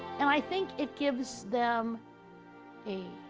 and i think it gives them a